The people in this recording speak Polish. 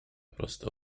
prosto